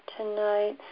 tonight